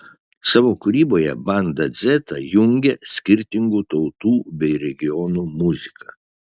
savo kūryboje banda dzeta jungia skirtingų tautų bei regionų muziką